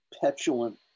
petulant